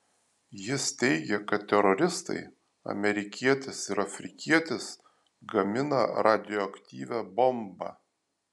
jis teigė kad teroristai amerikietis ir afrikietis gamina radioaktyvią bombą